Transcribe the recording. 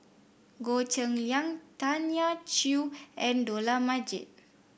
Goh Cheng Liang Tanya Chua and Dollah Majid